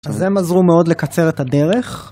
אז הם עזרו מאוד לקצר את הדרך.